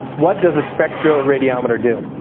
what does a spectroradiometer do?